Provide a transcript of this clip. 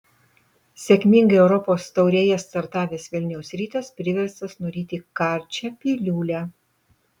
sėkmingai europos taurėje startavęs vilniaus rytas priverstas nuryti karčią piliulę